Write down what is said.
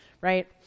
right